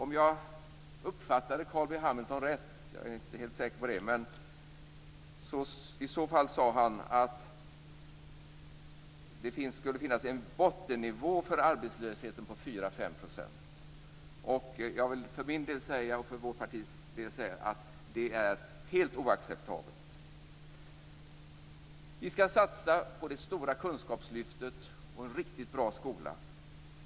Om jag uppfattade Carl B Hamilton rätt sade han att det skulle finnas en bottennivå för arbetslösheten på 4-5 %. Jag vill för min del, och för vårt partis del, säga att det är helt oacceptabelt. Vi skall satsa på det stora kunskapslyftet och en riktigt bra skola.